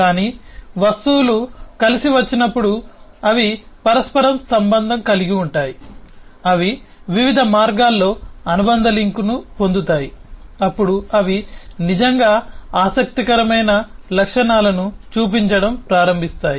కానీ వస్తువులు కలిసి వచ్చినప్పుడు అవి పరస్పర సంబంధం కలిగివుంటాయి అవి వివిధ మార్గాల్లో అనుబంధ లింక్ను పొందుతాయి అప్పుడు అవి నిజంగా ఆసక్తికరమైన లక్షణాలను చూపించడం ప్రారంభిస్తాయి